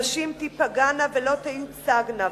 נשים תיפגענה ולא תיוצגנה,